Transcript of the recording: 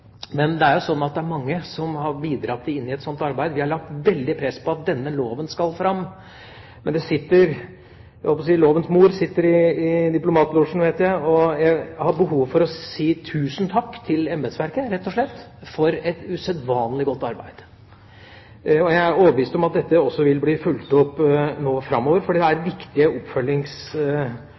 men det er jo slik at det er mange som har bidratt i et sånt arbeid. Vi har lagt veldig press på at denne loven skal fram. Lovens mor – holdt jeg på å si – sitter i diplomatlosjen, vet jeg, og jeg har behov for å si tusen takk til embetsverket for et usedvanlig godt arbeid. Jeg er overbevist om at dette også vil bli fulgt opp nå framover, for det er viktige